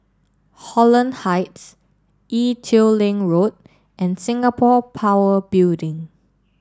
Holland Heights Ee Teow Leng Road and Singapore Power Building